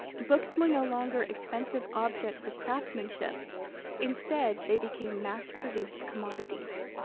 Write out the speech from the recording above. books were no longer expensive objects of craftsmanship instead they became mass-produced commodities.